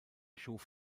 schuf